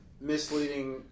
misleading